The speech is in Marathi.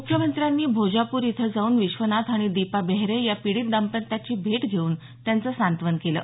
मुख्यमंत्र्यांनी भोजापूर इथं जाऊन विश्वनाथ आणि दीपा बेहेरे या पीडित दाम्पत्याची भेट घेऊन त्यांचं सांत्वन केलं